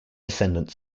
descendant